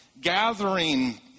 gathering